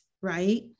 right